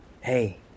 Hey